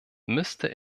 müsste